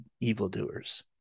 evildoers